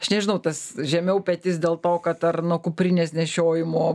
aš nežinau tas žemiau petys dėl to kad ar nuo kuprinės nešiojimo